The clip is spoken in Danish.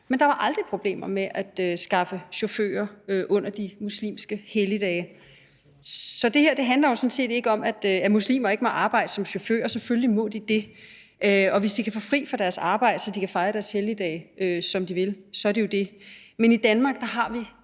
men der var aldrig problemer med at skaffe chauffører på de muslimske helligdage, så det her handler jo sådan set ikke om, at muslimer ikke må arbejde som chauffører – selvfølgelig må de det – og hvis de kan få fri fra deres arbejde, så de kan fejre deres helligdage, som de vil, så er det jo sådan. Men i Danmark har vi